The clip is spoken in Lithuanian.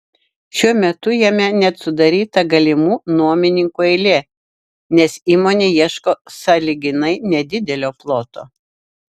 šiuo metu jame net sudaryta galimų nuomininkų eilė nes įmonė ieško sąlyginai nedidelio ploto